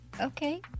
Okay